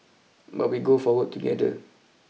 but we go forward together